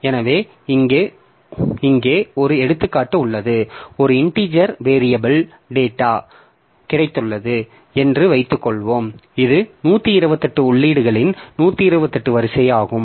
எனவே இங்கே ஒரு எடுத்துக்காட்டு உள்ளது ஒரு இண்டீஜர் வேரியபிள் டேட்டா கிடைத்துள்ளது என்று வைத்துக்கொள்வோம் இது 128 உள்ளீடுகளின் 128 வரிசையாகும்